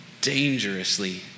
dangerously